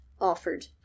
offered